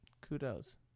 kudos